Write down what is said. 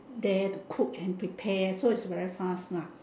that cook and prepare so it's very fast lah